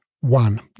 One